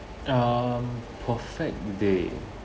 um perfect day